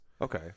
Okay